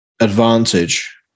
advantage